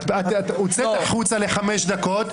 את הוצאת החוצה לחמש דקות,